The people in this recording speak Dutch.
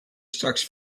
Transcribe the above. straks